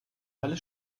alle